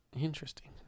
Interesting